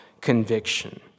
conviction